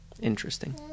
Interesting